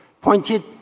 pointed